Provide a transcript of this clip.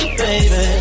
baby